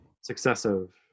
Successive